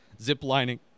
zip-lining